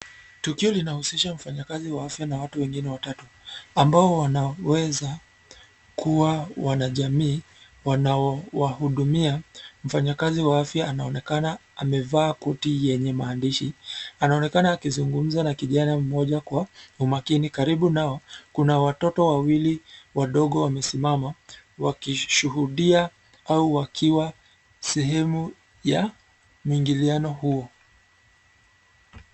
Tukio linahusisha mfanyakazi wa afya na watu wengine watatu ambao wanaweza kuwa wanajamii wanaowahudumia. Mfanyakazi wa afya anaonekana amevaa koti yenye maandishi, anaonekana akizungumza na kijana mmoja kwa umakini. Karibu nao, kuna watoto wawili wadogo wamesimama wakishuhudia au wakiwa sehemu ya mwingiliano huo.